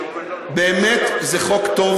זה באמת חוק טוב,